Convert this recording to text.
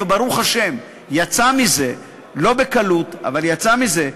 וברוך השם יצא מזה, לא בקלות, אבל יצא מזה.